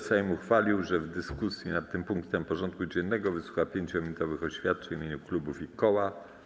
Sejm ustalił, że w dyskusji nad tym punktem porządku dziennego wysłucha 5-minutowych oświadczeń w imieniu klubów i koła.